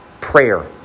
prayer